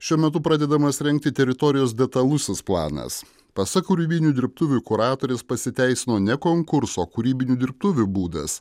šiuo metu pradedamas rengti teritorijos detalusis planas pasak kūrybinių dirbtuvių kuratorės pasiteisino ne konkurso o kūrybinių dirbtuvių būdas